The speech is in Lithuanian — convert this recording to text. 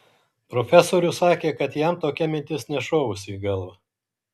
profesorius sakė kad jam tokia mintis nešovusi į galvą